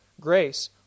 grace